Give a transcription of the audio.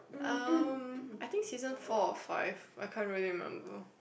um I think season four or five I can't really remember